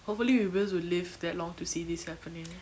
hopefully we girls will live that long to see this happening